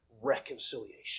reconciliation